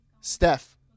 Steph